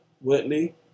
Whitley